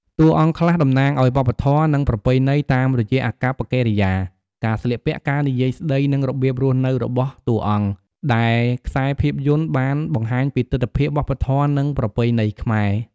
តួអង្គខ្លះតំណាងអោយវប្បធម៌ និងប្រពៃណីតាមរយៈអាកប្បកិរិយា ការស្លៀកពាក់ ការនិយាយស្ដី និងរបៀបរស់នៅរបស់តួអង្គ ដែរខ្សែភាពយន្តបានបង្ហាញពីទិដ្ឋភាព វប្បធម៌ និងប្រពៃណីខ្មែរ។